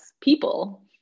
people